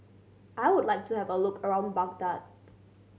I would like to have a look around Baghdad